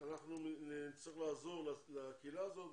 אנחנו נצטרך לעזור בקהילה הזו,